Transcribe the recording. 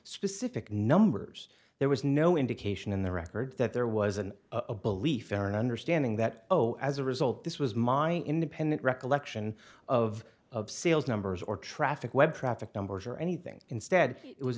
specific numbers there was no indication in the record that there wasn't a belief our understanding that oh as a result this was my independent recollection of of sales numbers or traffic web traffic numbers or anything instead it was